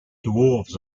dwarves